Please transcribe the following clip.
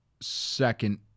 second